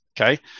Okay